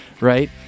right